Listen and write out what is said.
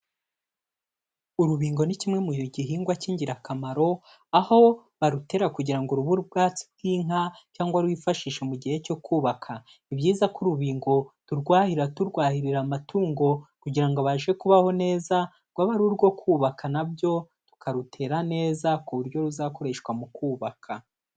Urubingo ni kimwe mu gihingwa cy'ingirakamaro, aho barutera kugira ngo rube ubwatsi bw'inka, cyangwa rwifashishwe mu gihe cyo kubaka, ni byiza ko urubingo turwahira turwahirira amatungo kugira ngo abashe kubaho neza, rwaba ari urwo kubaka na byo tukarutera neza ku buryo ruzakoreshwa mu kubaka.